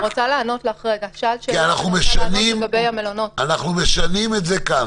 אני רוצה לענות לך לגבי המלונות --- אנחנו משנים את זה כאן.